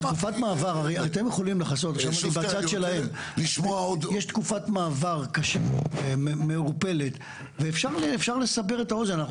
יש תקופת מעבר מעורפלת ואפשר לסבר את האוזן.